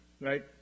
right